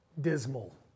dismal